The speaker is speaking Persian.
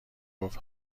گفت